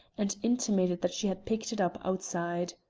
and intimated that she had picked it up outside.